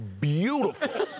beautiful